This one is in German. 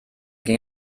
ging